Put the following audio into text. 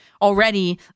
already